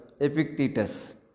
Epictetus